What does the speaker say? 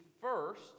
first